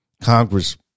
Congress